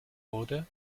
order